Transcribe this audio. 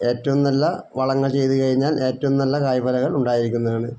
ഏറ്റവും നല്ല വളങ്ങൾ ചെയ്ത് കഴിഞ്ഞാൽ ഏറ്റവും നല്ല കായിഫലകൾ ഉണ്ടായിരിക്കുന്നതാണ്